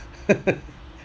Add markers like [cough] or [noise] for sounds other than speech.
[laughs]